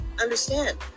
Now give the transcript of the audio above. understand